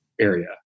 area